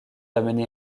amenée